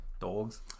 dogs